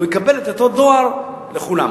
והוא יקבל את אותו דואר מכולם.